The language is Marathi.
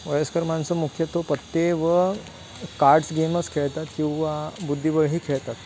वयस्कर माणसं मुख्यतो पत्ते व कार्ड्स गेमच खेळतात किंवा बुद्धिबळही खेळतात